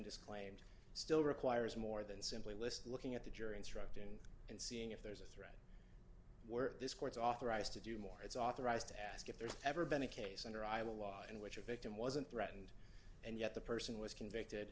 disclaimed still requires more than simply list looking at the jury instruction and seeing if there's a through were this court authorized to do more it's authorized to ask if there's ever been a case under iowa law in which a victim wasn't threatened and yet the person was convicted